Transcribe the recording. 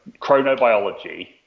chronobiology